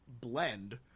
blend